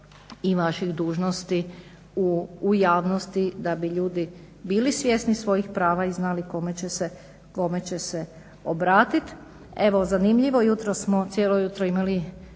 i vaših dužnosti u javnosti da bi ljudi bili svjesni svojih prava i znali kome će se obratit. Evo zanimljivo, jutros smo cijelo jutro imali